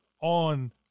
on